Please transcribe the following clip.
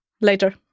Later